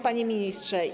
Panie Ministrze!